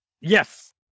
Yes